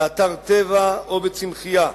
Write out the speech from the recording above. באתר טבע או בצמחייה,